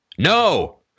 No